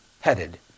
headed